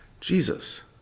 Jesus